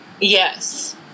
Yes